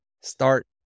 start